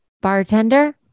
Bartender